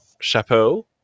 chapeau